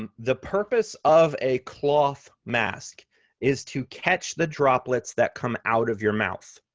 um the purpose of a cloth mask is to catch the droplets that come out of your mouth.